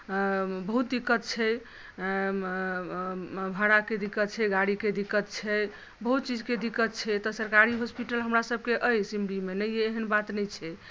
बहुत दिक्कत छै भाड़ाकेँ दिक्कत छै गाड़ीके दिक्कत छै बहुत चीजके दिक्कत छै एतऽ सरकारी हॉस्पिटल हमरा सबके अइ सिमरीमे नहि अइ एहेन बात नहि छै